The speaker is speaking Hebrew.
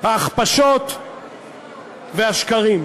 ההכפשות והשקרים.